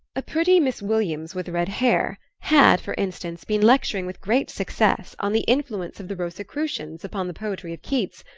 a pretty miss williams with red hair had, for instance, been lecturing with great success on the influence of the rosicrucians upon the poetry of keats,